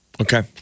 Okay